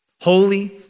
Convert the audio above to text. holy